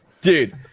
dude